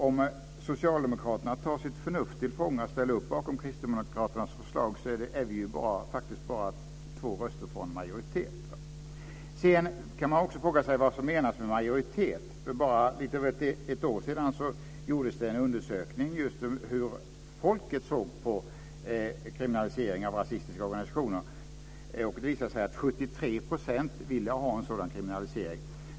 Om socialdemokraterna tar sitt förnuft till fånga och ställer upp bakom kristdemokraternas förslag är vi ju faktiskt bara två röster från majoritet. Sedan kan man också fråga sig vad som menas med majoritet. För bara lite över ett år sedan gjordes det en undersökning om just hur folket såg på kriminalisering av rasistiska organisationer. Det visade sig att 73 % ville ha en sådan kriminalisering.